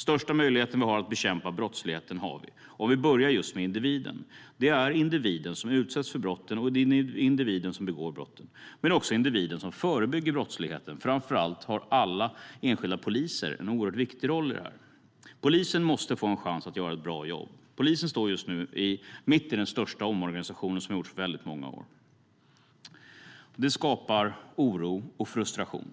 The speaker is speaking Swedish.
Största möjligheten att bekämpa brottsligheten har vi om vi börjar just med individen. Det är individen som utsätts för brotten, och det är individen som begår brotten, men det är också individen som förebygger brottsligheten. Framför allt har alla enskilda poliser en oerhört viktig roll i detta. Polisen måste få en chans att göra ett bra jobb. Polisen står just nu mitt i den största omorganisation som har gjorts på väldigt många år. Det skapar oro och frustration.